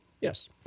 Yes